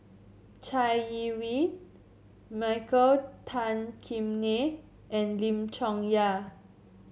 Chai Yee Wei Michael Tan Kim Nei and Lim Chong Yah